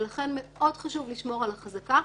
לכן מאוד חשוב לשמור על החזקה.